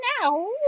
Now